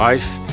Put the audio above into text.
Life